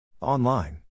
Online